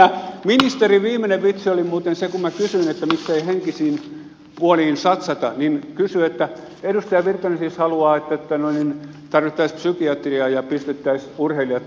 ministerin viimeinen vitsi oli muuten se kun minä kysyin että miksei henkisiin puoliin satsata että hän sanoi että edustaja virtanen siis haluaa että tarvittaisiin psykiatria ja pistettäisiin urheilijat terapiaan